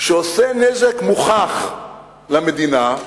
שעושה נזק מוכח למדינה,